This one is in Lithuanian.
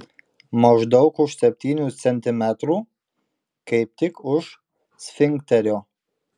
maždaug už septynių centimetrų kaip tik už sfinkterio